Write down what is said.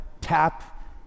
tap